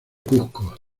cuzco